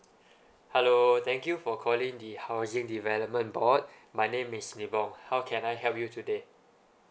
hello thank you for calling the housing development board my name is nibong how can I help you today